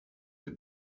the